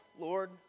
Lord